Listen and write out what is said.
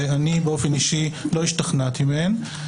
ואני באופן אישי לא השתכנעתי מהן.